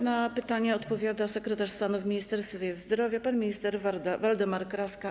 Na pytania odpowiada sekretarz stanu w Ministerstwie Zdrowia pan minister Waldemar Kraska.